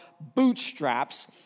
bootstraps